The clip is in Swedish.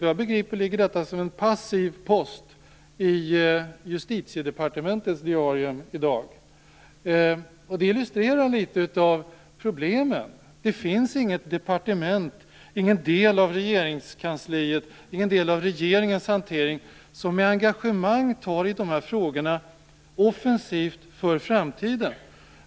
Vad jag begriper ligger det i dag som en passiv post i Justitiedepartementets diarium. Det illustrerar en del av problemen. Det finns inget departement, ingen del av Regeringskansliet, ingen del i regeringens hantering, som med engagemang tar i dessa frågor offensivt för framtiden.